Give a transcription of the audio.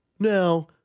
Now